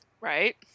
right